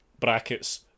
brackets